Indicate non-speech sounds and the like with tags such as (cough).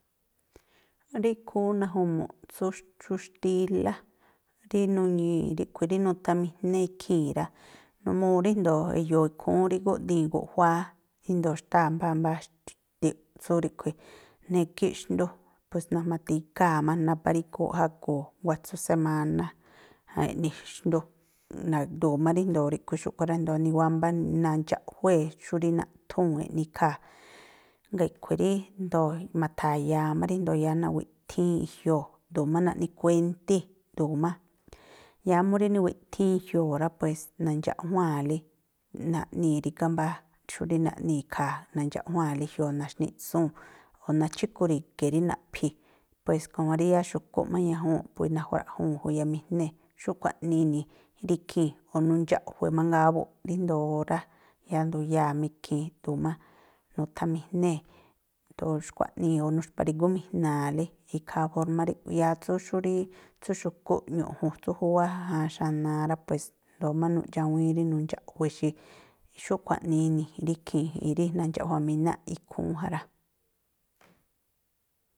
Rí ikhúún naju̱mu̱ꞌ tsú xú xtílá, rí nuñii̱ ríꞌkhui̱, rí nuthamijné ikhii̱n rá, numuu ríjndo̱o e̱yo̱o̱ ikhúún rí gúꞌdii̱n guꞌjuáá, índo̱o xtáa̱ mbáá mbáxti̱ꞌ tsú negíꞌ xndú, pues na̱jma̱tígáa̱ má nabárígúu̱ jagu̱u̱ nguá atsú semáná eꞌni xndú, (unintelligible) má ríjndo̱o ríꞌkhui̱ xúꞌkhui̱ rá, índo̱o̱ niwámbá nandxaꞌjuée̱ xú rí naꞌthúu̱n eꞌnii ikhaa̱, jngáa̱ aꞌkhui̱ rí ndo̱o̱ ma̱tha̱ya̱a má ríjndo̱o yáá nawiꞌthíín i̱jioo̱, ꞌdu̱u̱ má naꞌnikuéntí ꞌdu̱u̱ má, yáá mú rí niwiꞌthíín i̱jioo̱ rá, pues nandxaꞌjuáa̱nlí, naꞌnii̱ rígá mbá xú rí naꞌnii̱ ikhaa̱, nandxaꞌjuáa̱nlí i̱jioo̱ naxníꞌtsúu̱n o̱ nachikuri̱ge̱ rí naꞌphi̱, pues komo rí yáá xu̱kúꞌ má ñajúu̱nꞌ, pue najura̱ꞌjuu̱n juyamijnée̱, xúꞌkhui̱ aꞌnii ini rí ikhii̱n. O̱ nundxa̱ꞌjué mangaa buꞌ, ríjndo̱o órá, yáá nduyáa̱ má ikhii̱n, ꞌdu̱u̱ má nuthamijnée̱ ꞌdu̱u̱ xkua̱ꞌnii, o̱ nuxpa̱ri̱gúmi̱jna̱a̱lí, ikhaa fórmá ríꞌ, yáá tsú xú rí tsú xu̱kúꞌ, ñu̱ꞌju̱n tsú júwá xánáá rá, pues ndóó má nuꞌdxawíín rí nundxa̱ꞌjué xi. Xúꞌkhui̱ aꞌnii ini̱ rí ikhii̱n, rí nandxa̱ꞌjua̱mínáꞌ ikhúún ja rá.